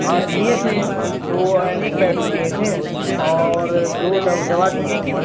ہاں دیے تھے دو ایینٹ بائوٹیک دیے تھے اور دو دو دوا دیے تھے